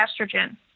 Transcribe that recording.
estrogen